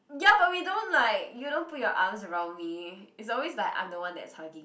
ya but we don't like you don't put your arms around me is always like I'm the one that is hugging